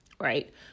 right